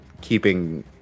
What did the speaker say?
keeping